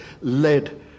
led